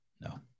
No